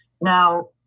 Now